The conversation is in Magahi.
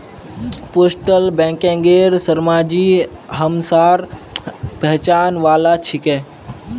पोस्टल बैंकेर शर्माजी हमसार पहचान वाला छिके